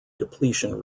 depletion